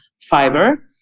fiber